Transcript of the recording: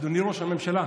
אדוני ראש הממשלה,